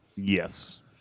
Yes